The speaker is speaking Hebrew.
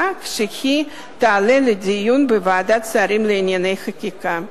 כשתעלה לדיון בוועדת השרים לענייני חקיקה.